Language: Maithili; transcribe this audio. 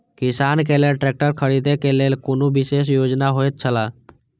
किसान के लेल ट्रैक्टर खरीदे के लेल कुनु विशेष योजना होयत छला?